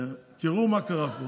תראו מה קרה פה.